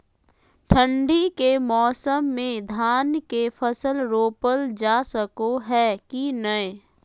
ठंडी के मौसम में धान के फसल रोपल जा सको है कि नय?